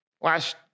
last